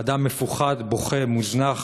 אדם מפוחד, בוכה, מוזנח,